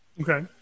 Okay